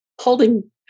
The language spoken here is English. holding